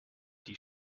die